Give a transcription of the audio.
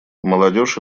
молодежь